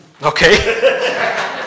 Okay